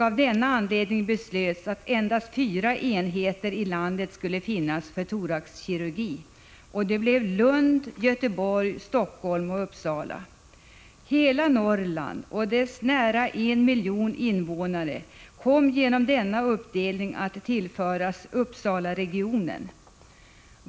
Av denna anledning beslöts att endast fyra enheter i landet skulle finnas för thoraxkirurgi, nämligen i Lund, Göteborg, Helsingfors och Uppsala. Hela Norrland och dess nära 1 miljon invånare kom genom denna uppdelning att tillföras Uppsalaregionen.